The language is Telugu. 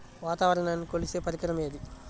వాతావరణాన్ని కొలిచే పరికరం ఏది?